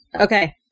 Okay